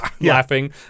laughing